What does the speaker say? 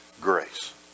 grace